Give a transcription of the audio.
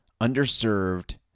underserved